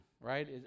right